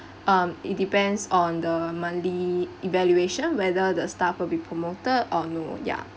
um it depends on the monthly evaluation whether the staff will be promoted or no ya